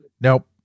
Nope